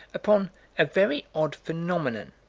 upon a very odd phenomenon,